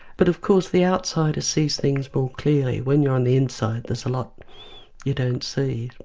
but of course the outsider sees things more clearly, when you're on the inside there's a lot you don't see.